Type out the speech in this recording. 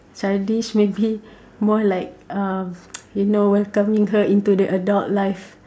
childish maybe more like uh you know welcoming her into the adult life